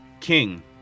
King